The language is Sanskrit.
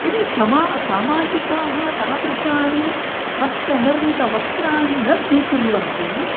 यदि समा सामाजिकाः तादृशानि हस्तनिर्मितवस्त्राणि न स्वीकुर्वन्ति